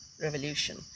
revolution